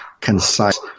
concise